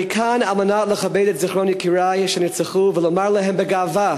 אני כאן על מנת לכבד את זיכרון יקירי שנרצחו ולומר להם בגאווה